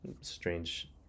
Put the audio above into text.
strange